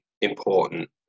important